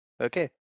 okay